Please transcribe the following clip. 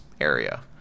area